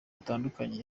butandukanye